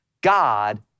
God